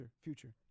Future